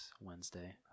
Wednesday